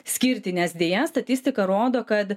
skirti nes deja statistika rodo kad